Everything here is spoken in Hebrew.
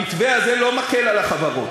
המתווה הזה לא מקל על החברות.